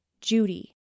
Judy